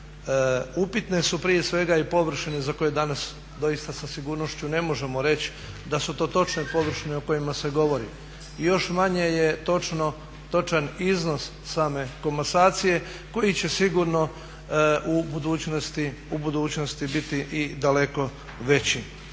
Upitne su prije svega i površine za koje danas doista sa sigurnošću ne možemo reći da su to točne površine o kojima se govori. Još manje je točan iznos same komasacije koji će sigurno u budućnosti biti i daleko veći.